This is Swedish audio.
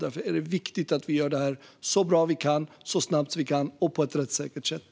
Därför är det viktigt att vi gör detta så bra vi kan, så snabbt vi kan och på ett rättssäkert sätt.